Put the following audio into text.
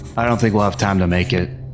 i don't think we'll have time to make it.